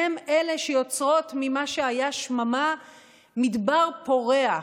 הן אלה שיוצרות ממה שהיה שממה מדבר פורח,